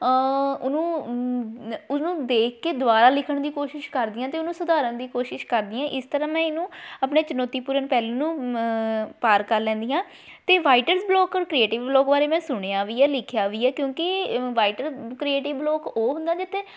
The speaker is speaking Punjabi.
ਉਹਨੂੰ ਉਹਨੂੰ ਦੇਖ ਕੇ ਦੁਬਾਰਾ ਲਿਖਣ ਦੀ ਕੋਸ਼ਿਸ਼ ਕਰਦੀ ਹਾਂ ਅਤੇ ਉਹਨੂੰ ਸੁਧਾਰਨ ਦੀ ਕੋਸ਼ਿਸ਼ ਕਰਦੀ ਹਾਂ ਇਸ ਤਰ੍ਹਾਂ ਮੈਂ ਇਹਨੂੰ ਆਪਣੇ ਚੁਣੌਤੀਪੂਰਨ ਪਹਿਲੂ ਨੂੰ ਪਾਰ ਕਰ ਲੈਂਦੀ ਹਾਂ ਅਤੇ ਵਾਈਟਸ ਬਲੋਕਰ ਕ੍ਰੀਏਟਿਵ ਬਲੋਗ ਬਾਰੇ ਮੈਂ ਸੁਣਿਆ ਵੀ ਹੈ ਲਿਖਿਆ ਵੀ ਹੈ ਕਿਉਂਕਿ ਵਾਈਟਰ ਕ੍ਰੀਏਟਿਵ ਬਲੋਕ ਉਹ ਹੁੰਦਾ ਜਿਹਤੇ